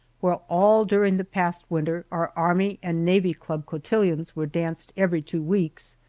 where all during the past winter our army and navy club cotillons were danced every two weeks.